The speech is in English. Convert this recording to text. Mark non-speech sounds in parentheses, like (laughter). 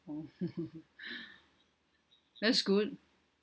oh (laughs) that's good